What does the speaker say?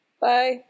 Bye